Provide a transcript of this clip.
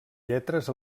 lletres